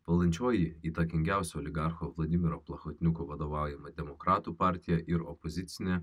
valdančioji įtakingiausių oligarchų vladimiro plachatniuko vadovaujama demokratų partija ir opozicinė